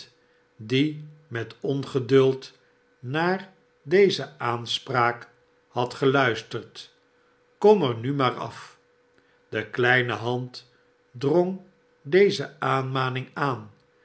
die met ongeduld naar deze aanspraak had geluisterd kom er nti maar af de kleine hand drong deze aanmanmg aan